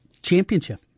Championship